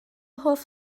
hoff